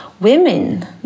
women